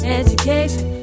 education